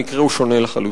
המקרה הוא שונה לחלוטין.